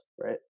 right